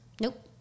Nope